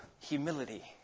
humility